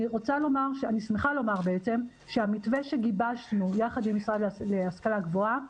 אני שמחה לומר שהמתווה שגיבשנו יחד עם משרד להשכלה גבוהה,